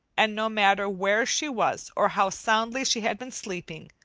and no matter where she was or how soundly she had been sleeping,